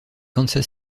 kansas